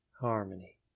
harmony